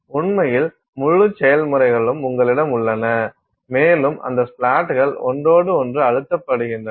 உண்மையில் முழு செயல்முறைகளும் உங்களிடம் உள்ளன மேலும் அந்த ஸ்ப்ளாட்டுகள் ஒன்றோடொன்று அழுத்தப்படுகின்றன